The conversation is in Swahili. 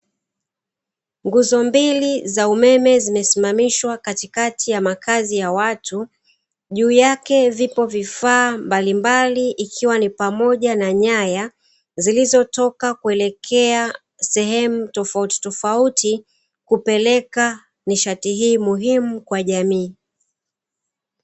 Nguzo mbili za umeme zimesimamishwa katikati ya makazi ya watu, juu yake vipo vifaa mbalimbali ikiwa ni pamoja na nyaya, zilizotoka kuelekea sehemu tofautitofauti, kupeleka nishati hii muhimu kwa jamii.